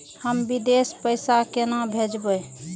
हम विदेश पैसा केना भेजबे?